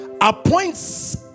Appoints